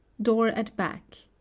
door at back.